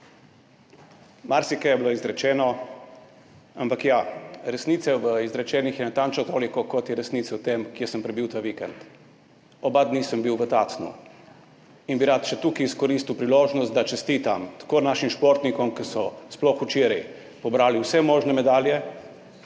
Marsikaj je bilo izrečeno, ampak ja, resnice v izrečenem je natančno toliko, kot je resnice v tem, kje sem prebil ta vikend. Oba dneva sem bil v Tacnu. In bi rad še tukaj izkoristil priložnost, da čestitam tako našim športnikom, ki so sploh včeraj pobrali vse možne medalje,